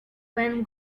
when